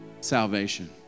salvation